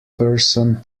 person